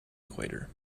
equator